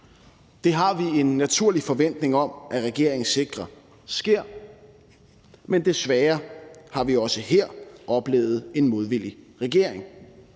Det har vi en naturlig forventning om at regeringen sikrer sker, men desværre har vi også her oplevet en modvillig regering.